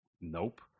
Nope